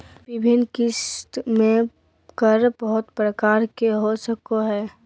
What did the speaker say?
विभिन्न किस्त में कर बहुत प्रकार के हो सको हइ